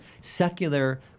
secular